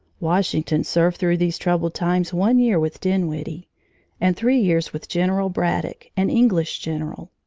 washington served through these troubled times one year with dinwiddie and three years with general braddock, an english general.